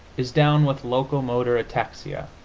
is down with locomotor ataxia.